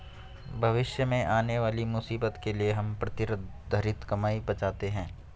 भविष्य में आने वाली मुसीबत के लिए हम प्रतिधरित कमाई बचाते हैं